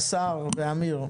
השר ואמיר,